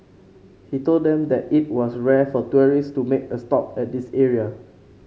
he told them that it was rare for tourists to make a stop at this area